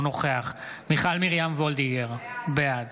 אינו נוכח מיכל מרים וולדיגר, בעד